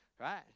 right